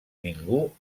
ningú